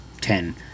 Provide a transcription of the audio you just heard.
ten